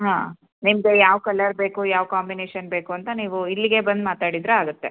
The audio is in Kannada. ಹಾಂ ನಿಮಗೆ ಯಾವ ಕಲರ್ ಬೇಕು ಯಾವ ಕಾಂಬಿನೇಶನ್ ಬೇಕು ಅಂತ ನೀವು ಇಲ್ಲಿಗೇ ಬಂದು ಮಾತಾಡಿದರೆ ಆಗುತ್ತೆ